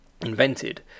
invented